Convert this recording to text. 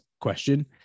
question